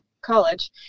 college